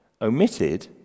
omitted